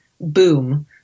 boom